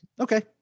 Okay